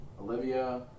Olivia